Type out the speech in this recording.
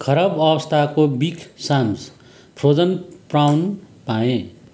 खराब अवस्थाको big Sam's frozen prawn पाएँ